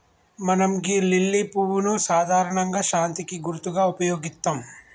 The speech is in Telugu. మనం గీ లిల్లీ పువ్వును సాధారణంగా శాంతికి గుర్తుగా ఉపయోగిత్తం